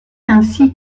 ainsi